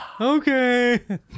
Okay